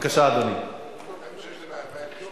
אני רוצה להודות מאוד לכל